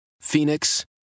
Phoenix